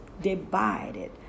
divided